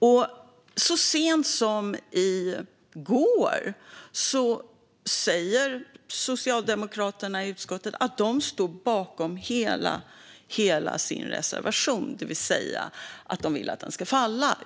Så sent som i går sa socialdemokraterna i utskottet att de stod bakom hela sin reservation, det vill säga att förslaget ska falla.